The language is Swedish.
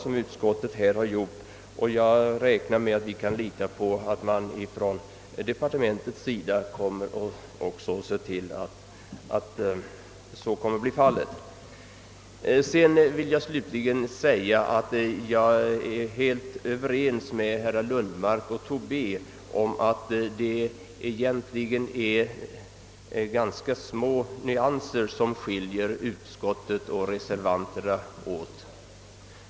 Jag räknar även med att man från departementets sida också kommer att se till att de skadeförebyggande åtgärder som kan erfordras blir vidtagna. Jag är helt överens med herrar Lundmark och Tobé om att det egentligen är ganska små nyanser som skiljer utskottet och reservanterna åt.